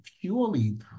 purely